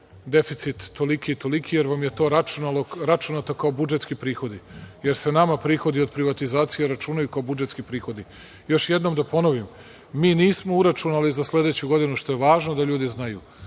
deficit toliki i toliki, jer vam je to računato kao budžetski prihodi, jer se nama prihodi od privatizacije računaju kao budžetski prihodi. Još jednom da ponovim, mi nismo uračunali za sledeću godinu, što je važno da ljudi znaju,